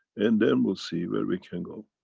and then we'll see where we can go.